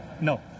No